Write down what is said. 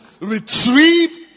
retrieve